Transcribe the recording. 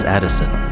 Addison